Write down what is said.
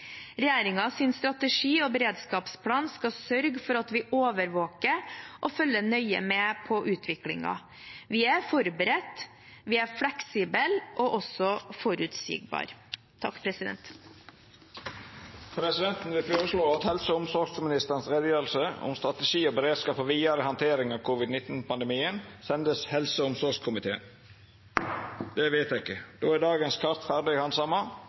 strategi og beredskapsplan skal sørge for at vi overvåker og følger nøye med på utviklingen. Vi er forberedt, vi er fleksible og forutsigbare. Presidenten vil føreslå at utgreiinga frå helse- og omsorgsministeren om strategi og beredskap for vidare handtering av covid-19-pandemien vert send helse- og omsorgskomiteen. – Det er vedteke. Då er dagens kart